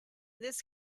this